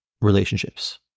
relationships